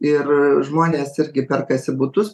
ir žmonės irgi perkasi butus